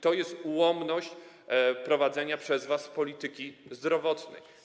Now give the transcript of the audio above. To jest ułomność prowadzonej przez was polityki zdrowotnej.